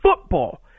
football